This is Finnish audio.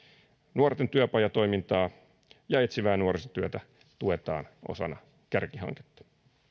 nuorten työpajatoimintaa ja etsivää nuorisotyötä tuetaan osana kärkihanketta